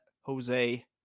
Jose